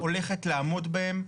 הולכת לעמוד בהם.